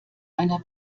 einer